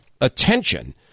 attention